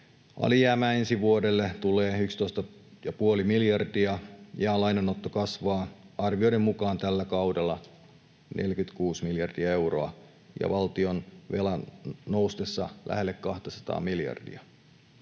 Alijäämää ensi vuodelle tulee 11,5 miljardia, ja lainanotto kasvaa arvioiden mukaan tällä kaudella 46 miljardia euroa valtionvelan noustessa lähelle 200:aa miljardia.